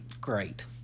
Great